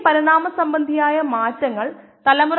4 minute ആയി മാറുന്നു